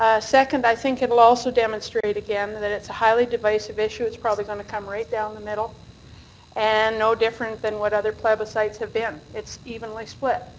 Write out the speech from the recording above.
ah second i think it will also demonstrate again that it's a highly divisive issue probably going to come right down the middle and no different than what other plebiscite have been. it's evenly split.